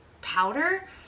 powder